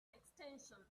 extension